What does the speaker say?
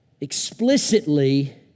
explicitly